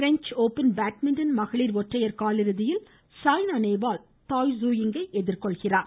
French Open badminton மகளிர் ஒற்றையர் காலிறுதியில் சாய்னா நேவால் டாய் சூ ஈங்கை எதிர்கொள்கிறார்